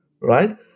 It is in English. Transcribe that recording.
right